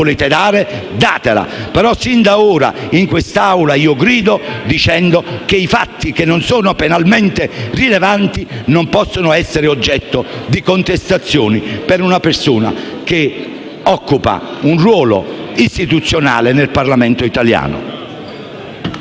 volete fare, fatelo, ma fin da ora in quest'Aula io grido dicendo che i fatti non penalmente rilevanti non possono essere oggetto di contestazioni per una persona che riveste un ruolo istituzionale nel Parlamento italiano.